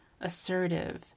assertive